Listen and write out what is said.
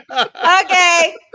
Okay